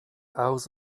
hours